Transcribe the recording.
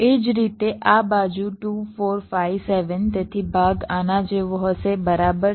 એ જ રીતે આ બાજુ 2 4 5 7 તેથી ભાગ આના જેવો હશે બરાબર